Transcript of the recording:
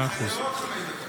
אחוז.